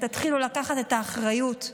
תתחילו לקחת אחריות,